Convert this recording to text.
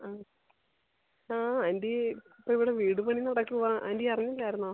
ആ ആ ആൻറ്റി ഇവിടെ വീട് പണി നടക്കുവാ ആൻറ്റി അറിഞ്ഞില്ലായിരുന്നോ